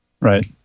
Right